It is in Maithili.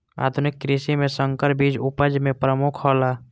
आधुनिक कृषि में संकर बीज उपज में प्रमुख हौला